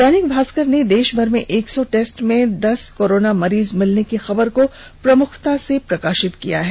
दैनिक भास्कर ने देष भर में एक सौ टेस्ट में दस कोरोना मरीज मिलने की खबर को प्रमुखता से प्रकाषित किया है